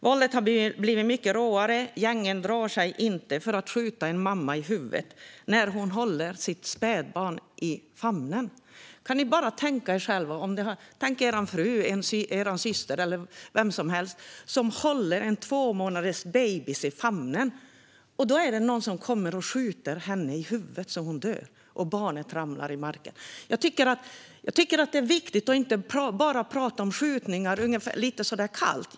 Våldet har blivit mycket råare, och gängen drar sig inte för att skjuta en mamma i huvudet när hon håller sitt spädbarn i famnen. Kan ni tänka er det? Tänk att er fru, syster eller vem som helst håller en tvåmånaders bebis i famnen och någon kommer och skjuter henne i huvudet så att hon dör och barnet ramlar i marken. Jag tycker att det är viktigt att inte bara prata om skjutningar lite så där kallt.